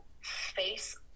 face